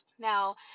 Now